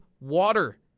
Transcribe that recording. water